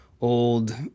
old